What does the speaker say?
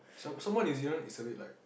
some some more New Zealand is a bit like